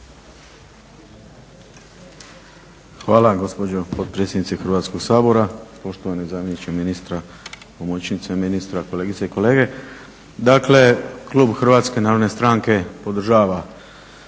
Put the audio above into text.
Hvala gospođo potpredsjednice Hrvatskog sabora. Poštovani zamjeniče ministra, pomoćnice ministra, kolegice i kolege. Dakle klub HNS-a podržava